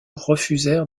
refusèrent